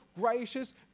gracious